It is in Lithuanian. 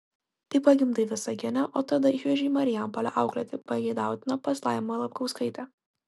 tai pagimdai visagine o tada išveži į marijampolę auklėti pageidautina pas laimą lapkauskaitę